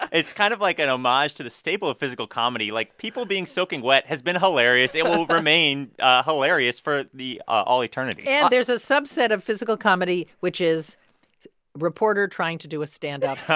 it's kind of like an homage to the staple of physical comedy. like, people being soaking wet has been hilarious. it will will remain hilarious for the all eternity and there's a subset of physical comedy, which is reporter trying to do a stand-up